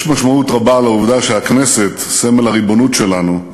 יש משמעות רבה לעובדה שהכנסת, סמל הריבונות שלנו,